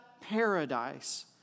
paradise